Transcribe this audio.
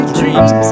dreams